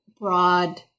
broad